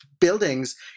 buildings